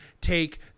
take